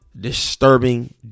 disturbing